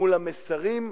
מול המסרים.